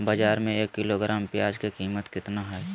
बाजार में एक किलोग्राम प्याज के कीमत कितना हाय?